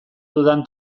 dudan